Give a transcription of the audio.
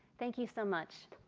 thank you so much.